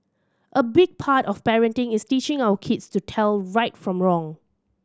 a big part of parenting is teaching our kids to tell right from wrong